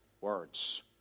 words